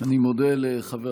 אני מודה לחבר